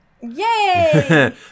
Yay